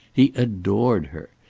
he adored her.